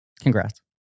Congrats